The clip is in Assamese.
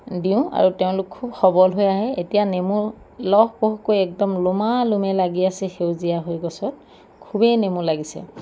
দিওঁ আৰু তেওঁলোক খুব সৱল হৈ আহে এতিয়া নেমু লহপহকৈ একদম লমালমে লাগি আছে সেউজীয়া হৈ গছত খুবেই নেমু লাগিছে